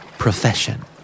Profession